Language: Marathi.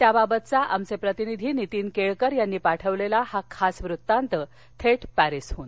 त्याबाबतचा आमचे प्रतिनिधी नीतीन केळकर यांनी पाठवलेला हा खास वृत्तांत थेट परिसहून